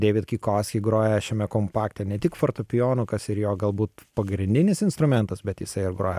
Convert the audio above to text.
devid kikoski groja šiame kompakte ne tik fortepijonu kas ir jo galbūt pagrindinis instrumentas bet jisai ir groja